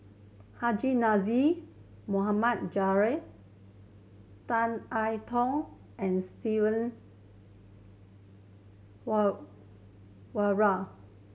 Haji Namazie Mohd Javad Tan I Tong and Steven Warren